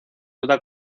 duda